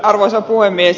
arvoisa puhemies